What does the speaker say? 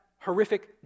horrific